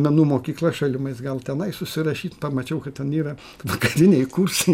menų mokykla šalimais gal tenais užsirašyt pamačiau kad ten yra vakariniai kursai